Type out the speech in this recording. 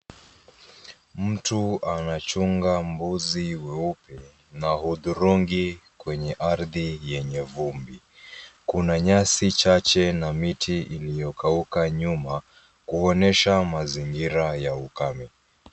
Mtu anachunga mbuzi weupe na hudhurungi kwenye ardhi yenye vumbi. Kuna nyasi chache na miti iliyokauka nyuma kuonyesha mazingira ya ukame.